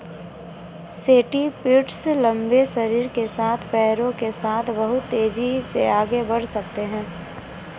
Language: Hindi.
सेंटीपीड्स लंबे शरीर के साथ पैरों के साथ बहुत तेज़ी से आगे बढ़ सकते हैं